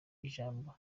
ijambo